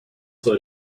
slow